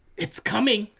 it's coming.